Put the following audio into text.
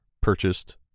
purchased